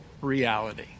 reality